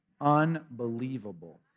Unbelievable